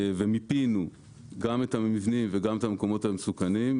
ומיפינו גם את המבנים וגם את המקומות המסוכנים.